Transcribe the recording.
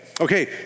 Okay